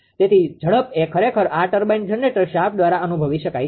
તેથી ઝડપ એ ખરેખર આ ટર્બાઇન જનરેટર શાફ્ટ દ્વારા અનુભવી શકાય છે